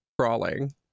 crawling